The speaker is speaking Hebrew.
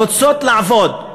רוצות לעבוד,